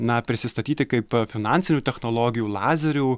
na prisistatyti kaip finansinių technologijų lazerių